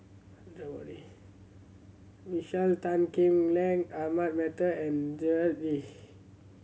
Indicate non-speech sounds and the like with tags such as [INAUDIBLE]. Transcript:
[UNINTELLIGIBLE] Michael Tan Kim Lei Ahmad Mattar and Gerard Ee